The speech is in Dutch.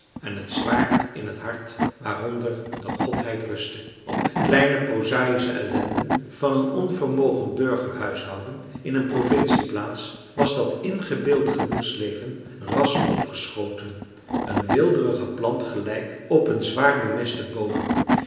en het zwaard in het hart waaronder de godheid rustte op de kleine prozaïsche ellenden van een onvermogend burger huishouden in een provincieplaats was dat ingebeeld gemoedsleven ras opgeschoten een weelderige plant gelijk op een zwaar bemesten bodem